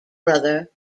brother